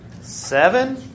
Seven